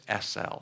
SL